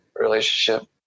relationship